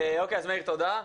מאיר, תודה.